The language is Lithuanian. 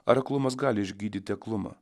ar aklumas gali išgydyti aklumą